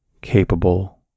capable